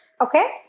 Okay